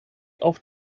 auf